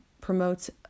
promotes